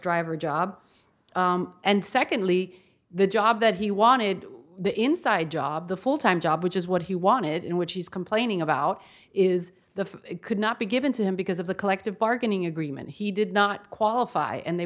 driver job and secondly the job that he wanted the inside job the full time job which is what he wanted in which he's complaining about is the could not be given to him because of the collective bargaining agree and he did not qualify and they